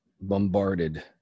bombarded